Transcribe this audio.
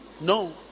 No